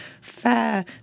fair